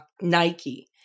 Nike